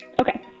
Okay